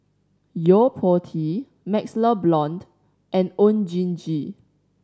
Yo Po Tee MaxLe Blond and Oon Jin Gee